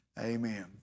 amen